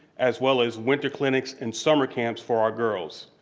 as well as winter clinics and summer camps for our girls.